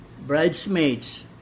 bridesmaids